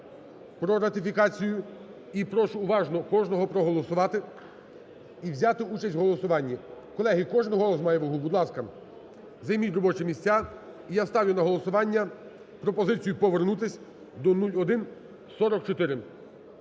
про ратифікацію. І прошу уважно кожного проголосувати і взяти участь у голосуванні. Колеги, кожен голос має вагу. Будь ласка, займіть робочі місця. Я ставлю на голосування пропозицію повернутись до 0144.